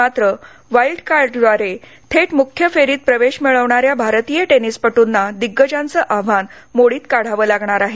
मात्र वाईल्ड कार्डद्वारे थेट मुख्य फेरीत प्रवेश मिऴवणाऱ्या भारतीय टेनिसपट्ंना दिग्गजांचं आव्हान मोडीत काढावं लागणार आहे